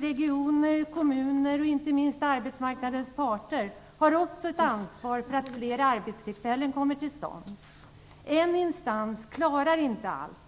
regioner, kommuner och, framför allt, arbetsmarknadens parter har också ett ansvar för att fler arbetstillfällen kommer till stånd. En instans klarar inte allt.